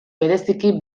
bereziki